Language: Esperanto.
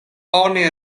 oni